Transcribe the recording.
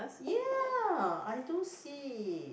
ya I do see